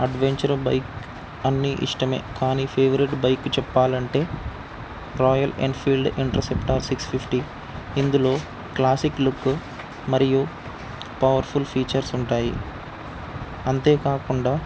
adventure bike అన్ని ఇష్టమే కానీ ఫేవరెట్ బైక్ చెప్పాలంటే Royal Enfield Interceptor six fifty ఇందులో క్లాసిక్ లుక్ మరియు పవర్ఫుల్ ఫీచర్స్ ఉంటాయి అంతేకాకుండా